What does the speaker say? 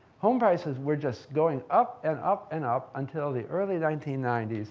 home prices were just going up and up and up, until the early nineteen ninety s,